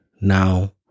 now